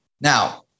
Now